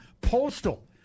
Postal